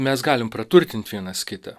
mes galim praturtint vienas kitą